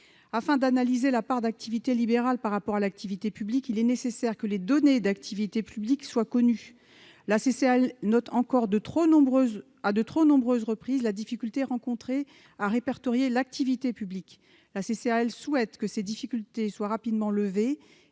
Afin d'analyser la part d'activité libérale par rapport à l'activité publique, il est nécessaire que les données d'activité publique soient connues. La CCAL note encore à de trop nombreuses reprises la difficulté rencontrée [...] à répertorier l'activité publique. La CCAL souhaite que ces difficultés soient rapidement levées